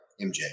MJ